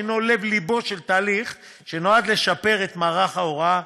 שהוא לב-לבו של תהליך שנועד לשפר את מערך ההוראה,